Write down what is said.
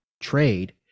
trade